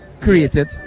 created